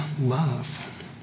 love